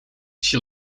she